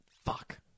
Fuck